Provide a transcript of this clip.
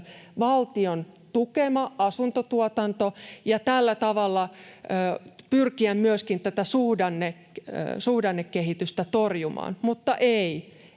valtion tukema asuntotuotanto ja tällä tavalla pyrkiä myöskin tätä suhdannekehitystä torjumaan. Mutta ei,